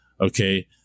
Okay